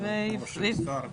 כמו שהוזכר,